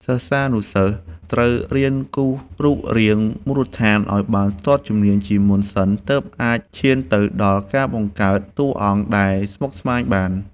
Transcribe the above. សិស្សានុសិស្សត្រូវរៀនគូររូបរាងមូលដ្ឋានឱ្យបានស្ទាត់ជំនាញជាមុនសិន ទើបអាចឈានទៅដល់ការបង្កើតតួអង្គដែលស្មុគស្មាញបាន។